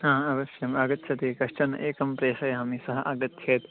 हा अवश्यम् आगच्छति कश्चनः एकं प्रेषयामि सः आगच्छेत्